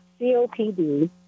COPD